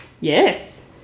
Yes